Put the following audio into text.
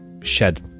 shed